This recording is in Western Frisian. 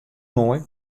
moai